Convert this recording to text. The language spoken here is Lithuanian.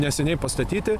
neseniai pastatyti